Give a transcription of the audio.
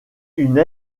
une